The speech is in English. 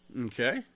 Okay